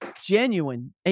genuine